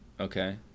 Okay